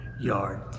yard